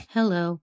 Hello